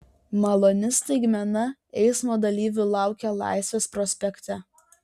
maloni staigmena eismo dalyvių laukia laisvės prospekte